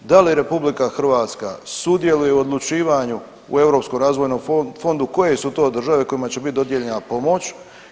Da li RH sudjeluje u odlučivanju u Europskom razvojnom fondu koje su to države kojima će biti dodijeljena pomoć?